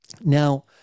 Now